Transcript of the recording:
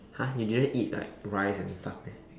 !huh! you didn't eat like rice and stuff meh